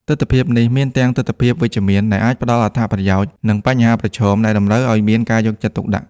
ទិដ្ឋភាពនេះមានទាំង ទិដ្ឋភាពវិជ្ជមាន ដែលអាចផ្ដល់អត្ថប្រយោជន៍ និង បញ្ហាប្រឈម ដែលតម្រូវឲ្យមានការយកចិត្តទុកដាក់។